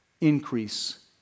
increase